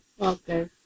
Okay